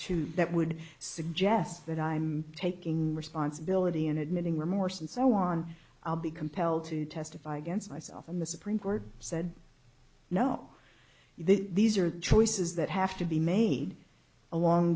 that would suggest that i'm taking responsibility and admitting remorse and so on i'll be compelled to testify against myself in the supreme court said no these are choices that have to be made along